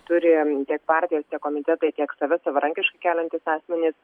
turi tiek partijos tiek komitetai tiek tave savarankiškai keliantys asmenys